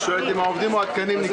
היא שואלת אם העובדים או התקנים נקלטו.